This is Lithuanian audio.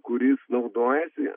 kuris naudojasi